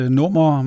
nummer